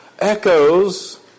echoes